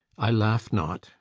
i laugh not,